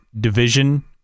division